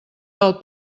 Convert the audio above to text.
del